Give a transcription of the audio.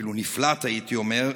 אפילו נפלט הייתי אומר,